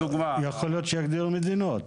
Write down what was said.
יכול להיות שיגדירו מדינות.